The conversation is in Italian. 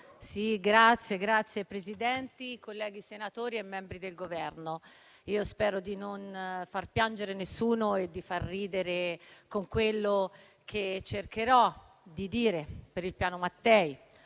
Signor Presidente, colleghi senatori, membri del Governo, io spero di non far piangere nessuno e di far ridere con quello che cercherò di dire per il Piano Mattei.